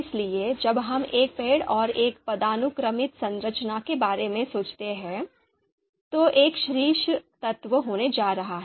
इसलिए जब हम एक पेड़ और एक पदानुक्रमित संरचना के बारे में सोचते हैं तो एक शीर्ष तत्व होने जा रहा है